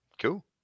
Cool